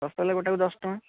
ରସଗୋଲା ଗୋଟାକୁ ଦଶ ଟଙ୍କା